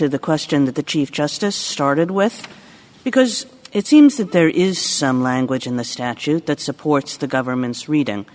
e question that the chief justice started with because it seems that there is some language in the statute that supports the government's reading